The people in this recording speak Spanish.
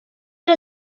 los